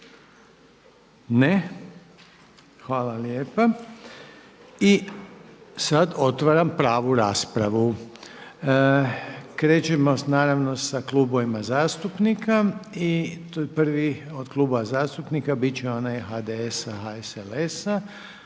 Ne. Hvala lijepa. I sad otvaram pravu raspravu. Krećemo naravno sa klubovima zastupnika. I prvi od klubova zastupnika bit će onaj HDSA, HSLS-a